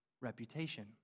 reputation